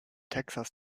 texas